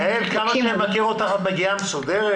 יעל, אני מכיר אותך ואני יודע שאת מגיעה מסודרת,